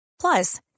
Plus